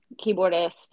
keyboardist